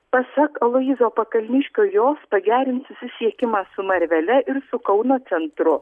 pasak aloyzo pakalniškio jos pagerins susisiekimą su marvele ir su kauno centru